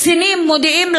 קצינים מודיעים,